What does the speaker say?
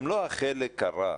הם לא החלק הרע.